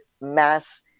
mass